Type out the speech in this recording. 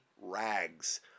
rags